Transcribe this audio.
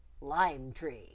Lime-tree